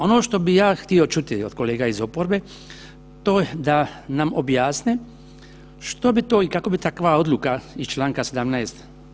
Ono što bih ja htio čuti od kolega iz oporbe, to je da nam objasne što bi to i kako bi takva odluka iz čl. 17.